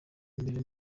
imbere